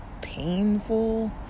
painful